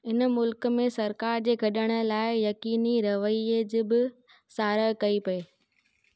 इन मुल्क़ में सरकार जे गॾण लाइ यक़ीनी रवैये जी बि साराहु कई पइ